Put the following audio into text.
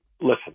Listen –